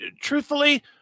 truthfully